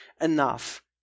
enough